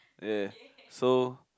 ya so